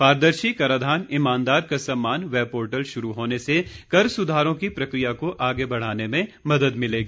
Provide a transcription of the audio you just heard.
पारदर्शी कराधान ईमानदार का सम्मान वेब पोर्टल शुरू होने से कर सुधारों की प्रक्रिया को आगे बढाने में मदद मिलेगी